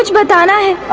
ah but dawn i